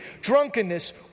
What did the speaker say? drunkenness